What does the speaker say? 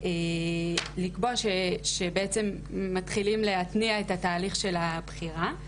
לקבוע שמתחילים להתניע את התהליך של הבחירה.